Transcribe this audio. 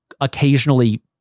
occasionally